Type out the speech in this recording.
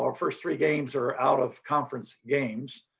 our first three games are out of conference games.